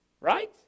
right